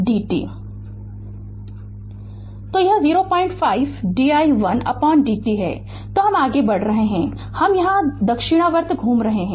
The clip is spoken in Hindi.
Refer Slide Time 1528 तो यह 05 di1 dt है तो हम आगे बढ़ रहे हैं हम यहां दक्षिणावर्त घूम रहे हैं